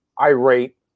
irate